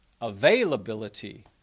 availability